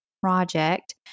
project